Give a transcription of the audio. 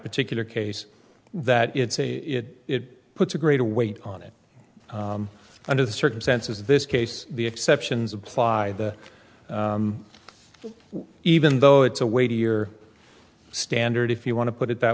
particular case that it's a it puts a greater weight on it under the circumstances this case the exceptions apply the even though it's a way to your standard if you want to put it that